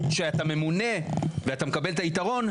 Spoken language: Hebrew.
כשאתה ממונה ואתה מקבל את היתרון,